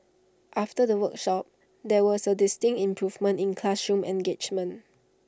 after the workshops there was A distinct improvement in classroom engagement